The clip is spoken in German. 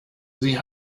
sie